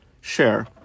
share